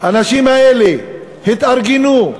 האנשים האלה התארגנו,